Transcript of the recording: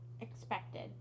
expected